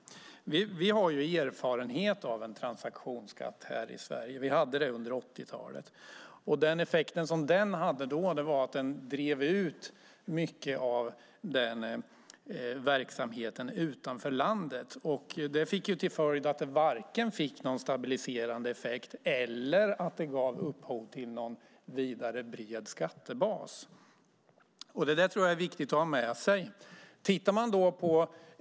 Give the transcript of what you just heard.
Vi har erfarenhet av transaktionsskatt i Sverige. Vi hade en sådan under 80-talet. Effekten blev att den drev ut mycket verksamhet ur landet, och den hade varken stabiliserande verkan eller gav upphov till en särskilt bred skattebas. Detta är viktigt att ha med sig.